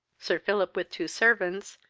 sir philip, with two servants,